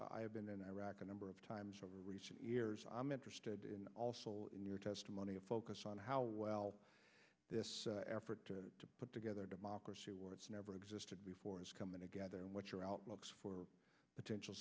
have been in iraq a number of times over recent years i'm interested in also in your testimony a focus on how well this effort to put together democracy what it's never existed before is coming together and what your outlook for potenti